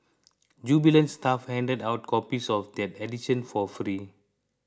jubilant staff handed out copies of that edition for free